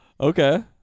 Okay